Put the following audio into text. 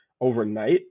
overnight